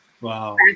Wow